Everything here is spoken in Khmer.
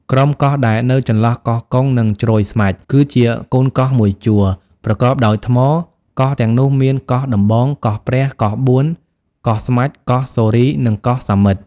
ក្រុមកោះដែលនៅចន្លោះកោះកុង និងជ្រោយស្មាច់ គឺជាកូនកោះមួយជួរប្រកបដោយថ្ម កោះទាំងនោះមាន កោះដំបង កោះព្រះ កោះបួន កោះ ស្មាច់ កោះសូរី និងកោះសាមិត ។